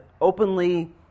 openly